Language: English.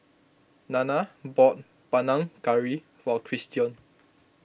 Nana bought Panang Curry for Christion